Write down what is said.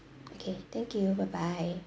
okay thank you bye bye